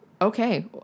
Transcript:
Okay